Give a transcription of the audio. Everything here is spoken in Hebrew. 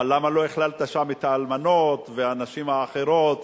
אבל למה לא כללת שם את האלמנות ואת הנשים האחרות?